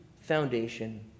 foundation